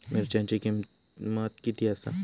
मिरच्यांची किंमत किती आसा?